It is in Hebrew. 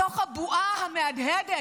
בתוך הבועה המהדהדת,